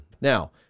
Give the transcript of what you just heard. Now